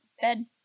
bed